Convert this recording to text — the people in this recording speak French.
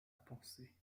pensée